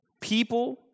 people